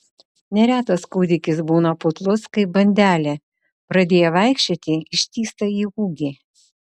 neretas kūdikis būna putlus kaip bandelė pradėję vaikščioti ištįsta į ūgį